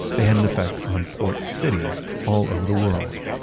they had an effect on port cities all over the world,